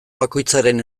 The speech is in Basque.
bakoitzaren